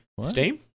Steam